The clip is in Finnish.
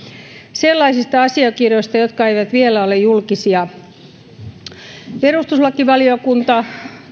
sellaisista asiakirjoista jotka eivät vielä ole julkisia perustuslakivaliokunta